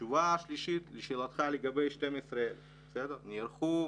תשובה שלישית לשאלתך לגבי 12,000 ש"ח נערכו,